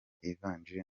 ivanjiri